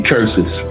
Curses